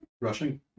Rushing